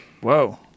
whoa